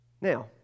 Now